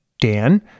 Dan